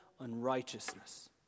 unrighteousness